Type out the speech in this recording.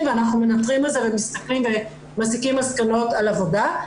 ואנחנו מנטרים את זה ומסתכלים ומסיקים מסקנות על עבודה,